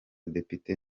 depite